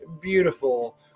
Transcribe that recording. beautiful